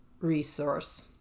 resource